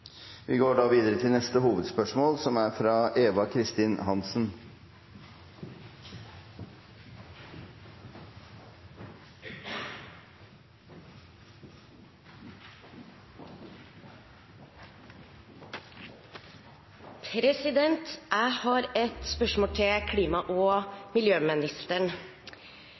Vi går da videre til neste hovedspørsmål. Jeg har et spørsmål til klima- og miljøministeren.